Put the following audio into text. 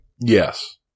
Yes